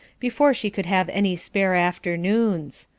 before she could have any spare afternoons.